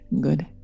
good